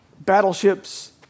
battleships